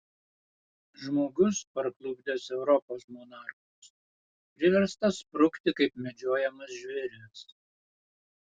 žmogus parklupdęs europos monarchus priverstas sprukti kaip medžiojamas žvėris